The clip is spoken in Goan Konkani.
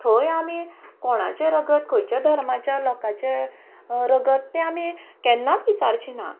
थंय आमी कोणाचें रगत खंयच्या धर्माच्या लोकाचे रगत तें आमी केन्नाच विचारची ना